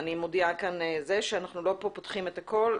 אני מודיעה כאן שאנחנו לא פותחים פה הכול,